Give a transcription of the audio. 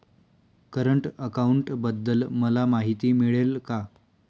Current अकाउंटबद्दल मला माहिती मिळेल का?